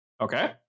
Okay